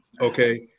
Okay